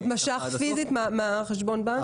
הוא משך פיזית מחשבון הבנק.